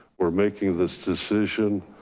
we're making this decision,